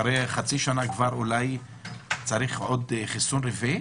אחרי החצי השנה, כבר אולי צריך עוד חיסון רביעי?